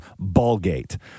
Ballgate